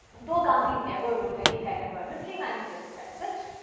though gandhi never wrote any kind of literary manifesto as such,